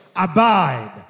abide